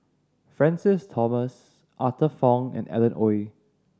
Francis Thomas Arthur Fong and Alan Oei